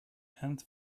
and